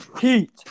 Heat